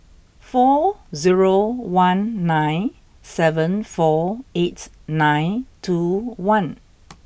four zero one nine seven four eight nine two one